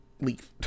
leave